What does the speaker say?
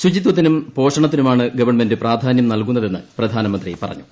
ശുചിത്വത്തിനും പോഷണത്തിനുമാണ് ഗവൺമെന്റ് പ്രാധാനൃം നൽകുന്നതെന്ന് പ്രധാനമന്ത്രി പറഞ്ഞു